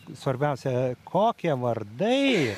svarbiausia kokie vardai